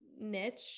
niche